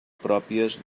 pròpies